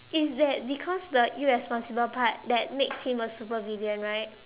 it's that because the irresponsible part that makes him a supervillain right